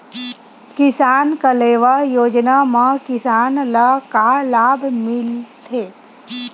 किसान कलेवा योजना म किसान ल का लाभ मिलथे?